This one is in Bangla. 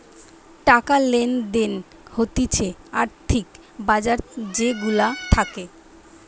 টাকা লেনদেন হতিছে আর্থিক বাজার যে গুলা থাকে